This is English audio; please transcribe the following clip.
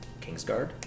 kingsguard